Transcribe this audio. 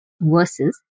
versus